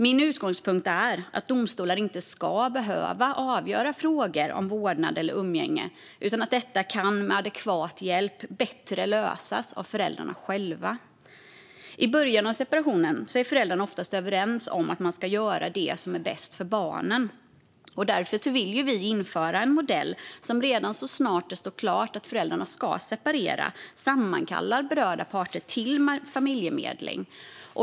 Min utgångspunkt är att domstolar inte ska behöva avgöra frågor om vårdnad eller umgänge utan att detta kan, med adekvat hjälp, lösas bättre av föräldrarna själva. I början av separationen är föräldrarna oftast överens om att göra det som är bäst för barnen. Därför vill vi införa en modell som redan så snart det står klart att föräldrarna ska separera sammankallar berörda parter till familjemedling.